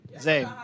Zay